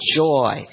joy